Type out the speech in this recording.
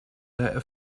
der